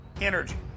energy